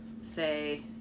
say